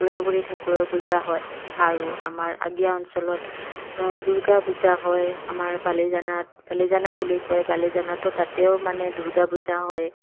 বুঢ়া বুঢ়ী ঠাকুৰৰ পূজা হয় আৰু আমাৰ আগিয়া অঞ্চলত দুৰ্গা পূজা হয় আমাৰ বালিজানাত বালিজানা বুলি কয় বালিজানটো তাতেও মানে দুৰ্গা পূজা হয়